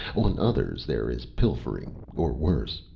on others there is pilfering, or worse.